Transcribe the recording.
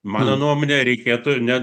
mano nuomone reikėtų ne